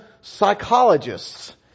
psychologists